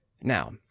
Now